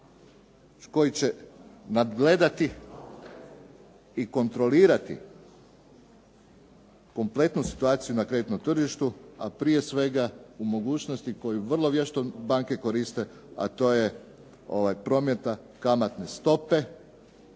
koji će nadgledati i kontrolirati kompletnu situaciju na kreditnom tržištu, a prije svega u mogućnosti koju vrlo vješto banke koriste, a to je promet na kamatne stope